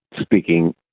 speaking